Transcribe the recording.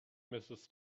mrs